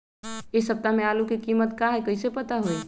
इ सप्ताह में आलू के कीमत का है कईसे पता होई?